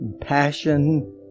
passion